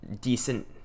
decent